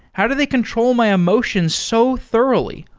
how do the control my emotions so thoroughly?